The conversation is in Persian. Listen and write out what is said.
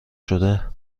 شده